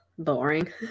boring